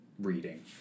reading